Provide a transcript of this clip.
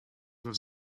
was